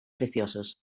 preciosos